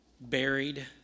buried